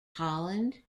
holland